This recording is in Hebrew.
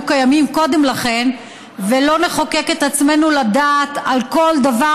קיימים קודם לכן ולא נחוקק את עצמנו לדעת על כל דבר,